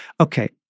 okay